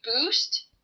boost